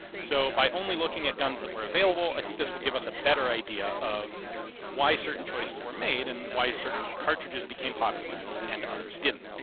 so by only looking at guns that were available i think this will give us a better idea of why certain choices were made and why certain cartridges became popular and and others didn't.